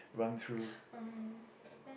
oh oh